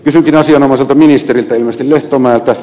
kysynkin asianomaiselta ministeriltä ilmeisesti lehtomäeltä